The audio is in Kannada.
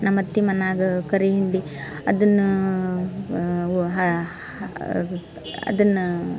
ನಮ್ಮಅತ್ತೆ ಮನೆಯಾಗ್ ಕರಿ ಹಿಂಡಿ ಅದನ್ನು ವ ಹಾಂ ಅದನ್ನು